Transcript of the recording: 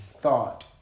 thought